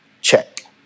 Check